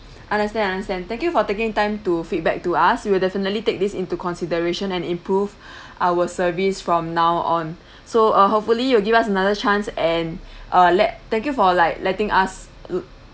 understand understand thank you for taking time to feedback to us we will definitely take this into consideration and improve our service from now on so uh hopefully you will give us another chance and uh let thank you for like letting us